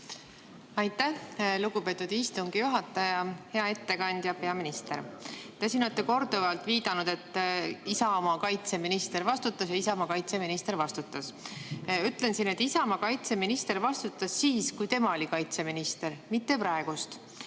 Aitäh, lugupeetud istungi juhataja! Hea ettekandja peaminister! Te olete siin korduvalt viidanud, et Isamaa kaitseminister vastutas ja Isamaa kaitseminister vastutas. Ütlen siin, et Isamaa kaitseminister vastutas siis, kui tema oli kaitseminister, mitte praegu.